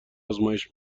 آزمایش